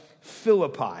Philippi